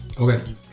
Okay